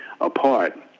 apart